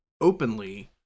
openly